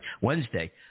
Wednesday